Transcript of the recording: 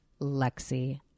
Lexi